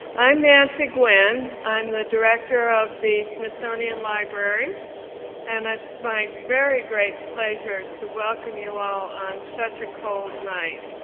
i'm nancy gwen, i'm the director of the smithsonian libraries and it's my very great pleasure to welcome you all on such a cold night.